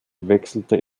wechselte